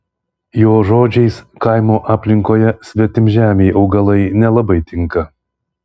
jo žodžiais kaimo aplinkoje svetimžemiai augalai nelabai tinka